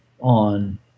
on